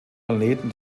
planeten